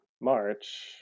march